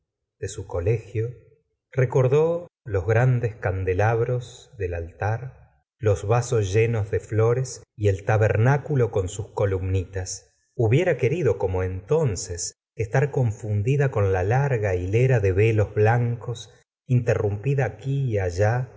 de su colegio recordó los grandes candelabros del altar los vasos llenos de flores y el tabernáculo con sus columnitas hubiera querido como entonces estar confundida con la larga hilera de velos blancos interrumpida aquí y allá